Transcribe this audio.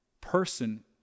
person